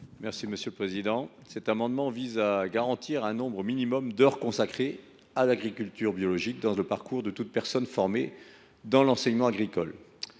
M. Daniel Salmon. Cet amendement vise à garantir un nombre minimum d’heures consacrées à l’agriculture biologique dans le parcours de toute personne formée dans l’enseignement agricole.